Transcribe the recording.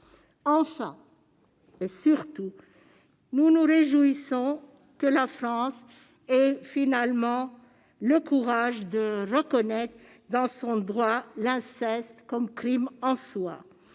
Enfin, et surtout, nous nous réjouissons que la France ait finalement le courage de reconnaître dans son droit l'inceste comme crime en soi.